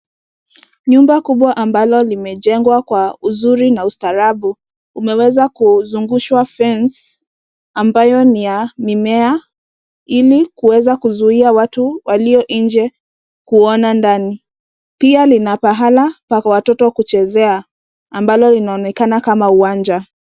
Nyumba kubwa ambalo limejengwa kwa uzuri na ustaarabu limeweza kuzungushwa fence ambayo ni ya mimea ili kuweza kuzuia watu walio nje kuona ndani. Pia, lina pahala pa watoto kuchezea ambalo linaonekana kama uwanja.